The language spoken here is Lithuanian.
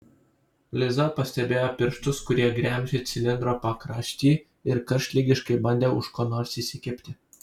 liza pastebėjo pirštus kurie gremžė cilindro pakraštį ir karštligiškai bandė už ko nors įsikibti